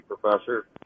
professor